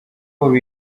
ubu